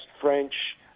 French